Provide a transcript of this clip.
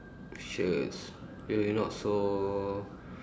sure you you not so